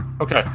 okay